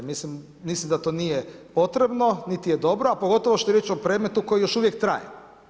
Mislim da nije potrebno niti je dobro, a pogotovo što je riječ o predmetu koji još uvijek traje.